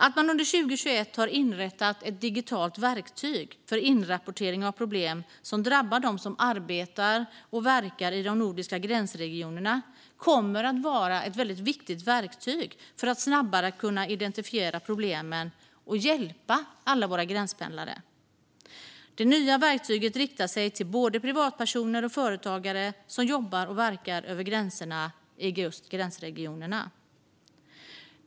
Att man under 2021 har inrättat ett digitalt verktyg för inrapportering av problem som drabbar dem som arbetar och verkar i de nordiska gränsregionerna kommer att vara ett väldigt viktigt verktyg för att snabbare kunna identifiera problemen och hjälpa alla våra gränspendlare. Det nya verktyget riktar sig till både privatpersoner och företagare som jobbar och verkar över gränserna i just gränsregionerna.